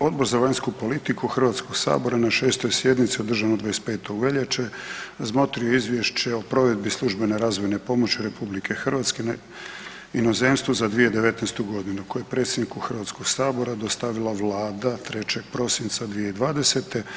Odbor za vanjsku politiku Hrvatskog sabora na 6. Sjednici održanoj 25. veljače razmotrio je Izvješće o provedbi službene razvojne pomoći RH inozemstvu za 2019. godinu koje je predsjedniku Hrvatskog sabora dostavila Vlada 3. prosinca 2020.